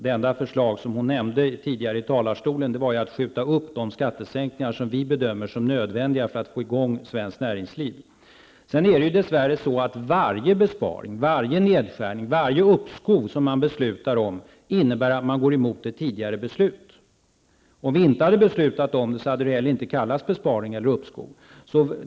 Det enda förslag Annika Åhnberg från talarstolen nämnde tidigare var att man skulle skjuta upp de skattesänkningar som vi bedömer som nödvändiga för att få i gång svenskt näringsliv. Det är ju dess värre så att varje besparing, varje nedskärning och varje uppskov man beslutar om innebär att man går emot ett tidigare beslut. Om vi inte hade beslutat om det, hade det heller inte kallats besparing eller uppskov.